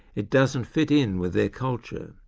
it doesn't fit in with their culture.